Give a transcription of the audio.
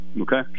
okay